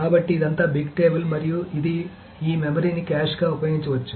కాబట్టి ఇదంతా big table మరియు ఇది ఈ మెమరీని క్యాష్ గా ఉపయోగించవచ్చు